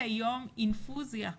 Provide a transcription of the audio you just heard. אינפוזיה דחופה,